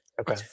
okay